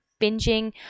binging